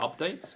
Updates